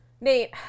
Nate